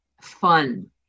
fun